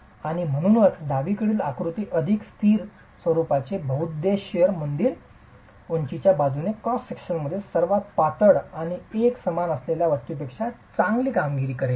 आणि म्हणूनच डावीकडील आकृती अधिक स्थिर स्वरुपाचे बृहद्देश्वर मंदिर उंचीच्या बाजूने क्रॉस सेक्शन मध्ये सर्वात पातळ आणि एकसमान असलेल्या वस्तूपेक्षा चांगली कामगिरी करेल